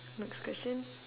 next question